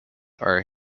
are